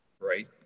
right